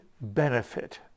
benefit